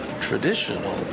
traditional